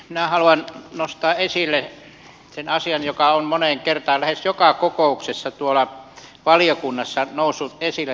minä haluan nostaa esille sen asian joka on moneen kertaan lähes joka kokouksessa tuolla valiokunnassa noussut esille